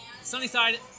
Sunnyside